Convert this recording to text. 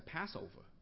Passover